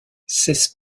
seize